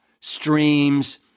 streams